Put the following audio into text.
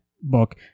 book